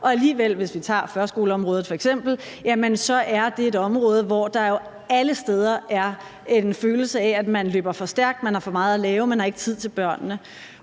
og alligevel, hvis vi f.eks. tager førskoleområdet, er det et område, hvor der jo alle steder er en følelse af, at man løber for stærkt, at man har for meget at lave, at man ikke har tid til børnene.